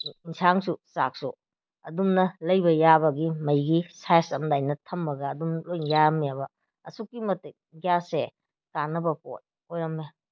ꯌꯦꯟꯁꯥꯡꯁꯨ ꯆꯥꯛꯁꯨ ꯑꯗꯨꯝꯅ ꯂꯩꯕ ꯌꯥꯕꯒꯤ ꯃꯩꯒꯤ ꯁꯥꯏꯁ ꯑꯃꯗ ꯑꯩꯅ ꯊꯝꯃꯒ ꯑꯗꯨꯝ ꯂꯣꯏꯅ ꯌꯥꯔꯝꯃꯦꯕ ꯑꯁꯨꯛꯀꯤ ꯃꯇꯤꯛ ꯒ꯭ꯌꯥꯁꯁꯦ ꯀꯥꯅꯕ ꯄꯣꯠ ꯑꯣꯏꯔꯝꯃꯦ